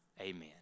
Amen